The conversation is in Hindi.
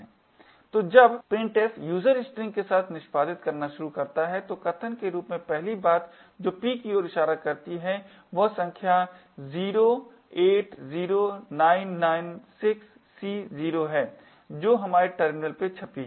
तो जब printf user string के साथ निष्पादित करना शुरू करता है तो कथन के रूप में पहली बात जो p की ओर इशारा करती है वह यह संख्या 080996C0 है जो हमारे टर्मिनल पर छपी है